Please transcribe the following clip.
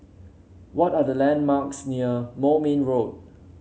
what are the landmarks near Moulmein Road